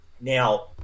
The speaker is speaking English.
Now